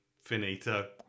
Finito